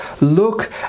look